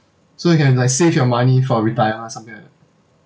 so you can like save your money for retirement something like that